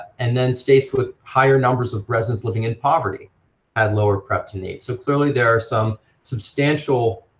and then states with higher numbers of residents living in poverty had lower prep-to-need, so clearly there are some substantial